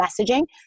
messaging